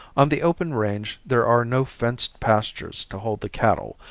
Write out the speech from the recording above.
on the open range there are no fenced pastures to hold the cattle,